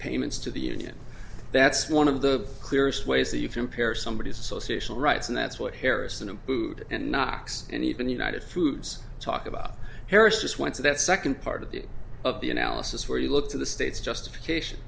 payments to the union that's one of the clearest ways that you can impair somebody's association rights and that's what harrison him food and knox and even the united foods talk about terrorists just wants that second part of the of the analysis where you look to the states justification